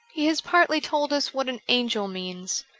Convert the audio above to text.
he has partly told us what an angel means.